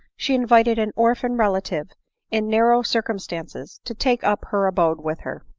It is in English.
she invited an orphan relation in narrow circumstances to take up her abode with her.